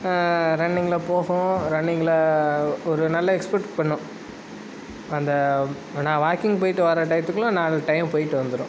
ரன்னிங்கில் போகும் ரன்னிங்கில் ஒரு நல்ல எக்ஸ்பெக்ட் பண்ணும் அந்த நான் வாக்கிங் போய்விட்டு வர டயத்துக்கெல்லாம் நாலு டைம் போய்விட்டு வந்துவிடும்